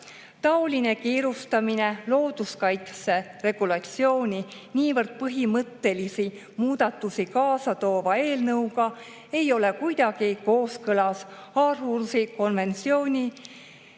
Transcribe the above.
Taoline kiirustamine looduskaitseregulatsiooni niivõrd põhimõttelisi muudatusi kaasa toova eelnõuga ei ole kuidagi kooskõlas Århusi konventsiooni